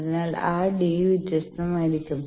അതിനാൽ ആ ഡി വ്യത്യസ്തമായിരിക്കും